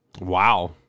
Wow